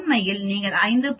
உண்மையில் நீங்கள் 5